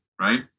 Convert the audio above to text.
right